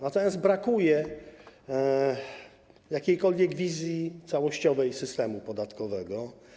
Natomiast brakuje jakiejkolwiek wizji całościowej systemu podatkowego.